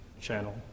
channel